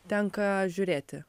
tenka žiūrėti